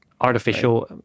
artificial